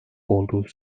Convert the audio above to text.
olduğu